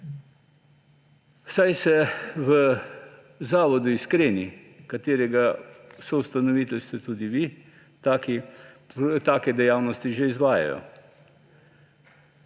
saj se v Zavodu Iskreni, katerega soustanovitelj ste tudi vi, take dejavnosti že izvajajo.